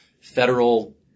federal